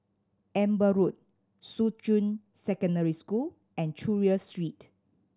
Amber Road Shuqun Secondary School and Chulia Street